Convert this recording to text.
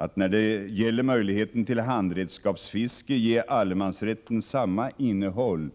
Att när det gäller möjligheten till handredskapsfiske ge allemansrätten samma innehåll